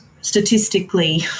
statistically